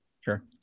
Sure